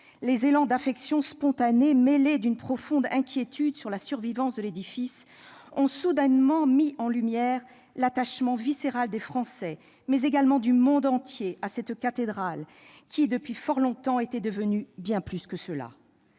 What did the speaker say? Les élans d'affection spontanés, mêlés d'une profonde inquiétude sur la survivance de l'édifice, ont soudainement mis en lumière l'attachement viscéral des Français, mais également du monde entier, à cette cathédrale qui, depuis fort longtemps, était devenue bien plus que cela.